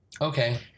Okay